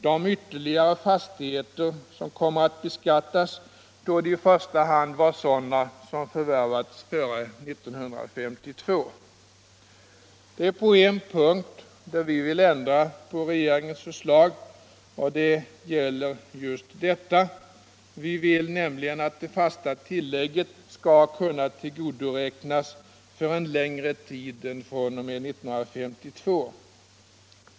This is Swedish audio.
De ytterligare fastigheter som kommer att beskattas torde i första hand vara sådana som förvärvats före 1952. På en punkt vill vi ändra regeringens förslag. Vi vill att det fasta tillägget skall kunna tillgodoräknas för längre tid än fr.o.m. 1952.